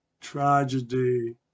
tragedy